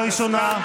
קריאה ראשונה.